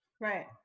Right